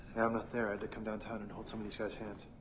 i'm not there. i had to come downtown and hold some of these guys' hands.